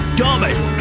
dumbest